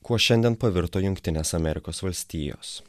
kuo šiandien pavirto jungtinės amerikos valstijos